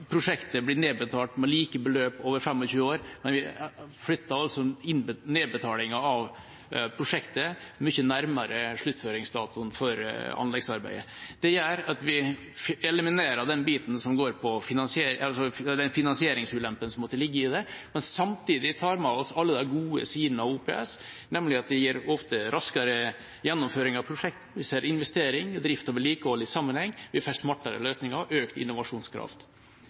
prosjektet blir nedbetalt med like beløp over 25 år. Vi flytter altså nedbetalinga av prosjektet mye nærmere sluttføringsdatoen for anleggsarbeidet. Det gjør at vi eliminerer finansieringsulempen som måtte ligge her, men samtidig tar vi med oss alle de gode sidene av OPS, nemlig at det ofte gir raskere gjennomføring av prosjekter, vi ser investering, drift og vedlikehold i sammenheng, vi får smartere løsninger og økt innovasjonskraft.